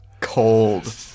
Cold